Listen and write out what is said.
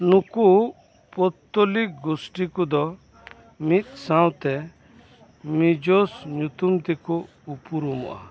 ᱱᱩᱠᱩ ᱯᱚᱣᱛᱚᱞᱤᱠ ᱜᱩᱥᱴᱤ ᱠᱚᱫᱚ ᱢᱤᱫᱽᱥᱟᱶᱛᱮ ᱢᱤᱡᱚᱥ ᱧᱩᱛᱩᱢ ᱛᱮᱠᱚ ᱩᱯᱨᱩᱢᱚᱜᱼᱟ